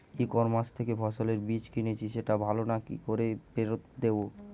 ই commerce থেকে ফসলের বীজ কিনেছি সেটা ভালো না কি করে ফেরত দেব?